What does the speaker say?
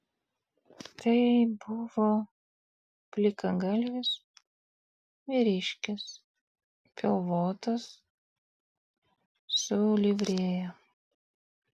tai buvo plikagalvis vyriškis pilvotas su livrėja